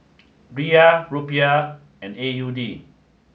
Riyal Rupiah and A U D